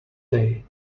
day